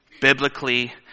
biblically